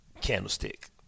Candlestick